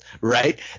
Right